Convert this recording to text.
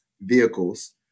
vehicles